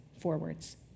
forwards